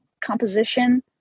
composition